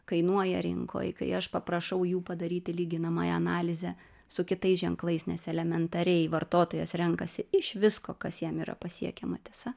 kainuoja rinkoj kai aš paprašau jų padaryti lyginamąją analizę su kitais ženklais nes elementariai vartotojas renkasi iš visko kas jam yra pasiekiama tiesa